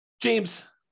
James